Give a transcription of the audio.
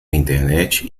internet